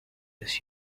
this